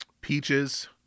Peaches